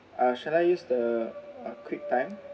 ah shall I use the uh quick time